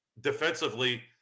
defensively